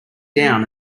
down